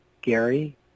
Gary